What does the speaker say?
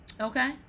okay